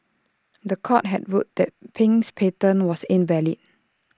The Court had ruled that Pin's patent was invalid